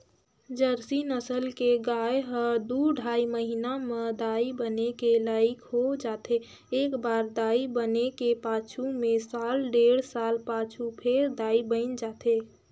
Jersey नसल के गाय ह दू ढ़ाई महिना म दाई बने के लइक हो जाथे, एकबार दाई बने के पाछू में साल डेढ़ साल पाछू फेर दाई बइन जाथे